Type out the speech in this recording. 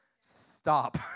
Stop